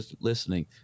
listening